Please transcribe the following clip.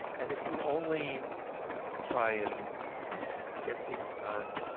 and if you only try and get things done